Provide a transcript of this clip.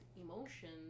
emotions